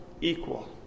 equal